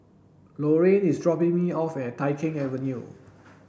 Laraine is dropping me off at Tai Keng Avenue